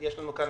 יש לנו כאן